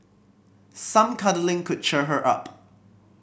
some cuddling could cheer her up